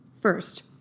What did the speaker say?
First